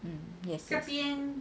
um yes yes